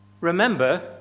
Remember